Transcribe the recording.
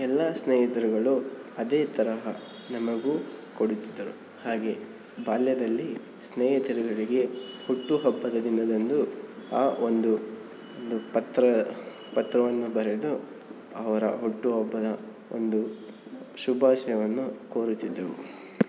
ಎಲ್ಲ ಸ್ನೇಹಿತರುಗಳು ಅದೇ ತರಹ ನಮಗೂ ಕೊಡುತಿದ್ದರು ಹಾಗೆ ಬಾಲ್ಯದಲ್ಲಿ ಸ್ನೇಹಿತರೆಲ್ಲರಿಗೆ ಹುಟ್ಟುಹಬ್ಬದ ದಿನದಂದು ಆ ಒಂದು ಪತ್ರ ಪತ್ರವನ್ನು ಬರೆದು ಅವರ ಹುಟ್ಟುಹಬ್ಬದ ಒಂದು ಶುಭಾಶಯವನ್ನು ಕೋರುತ್ತಿದ್ದೆವು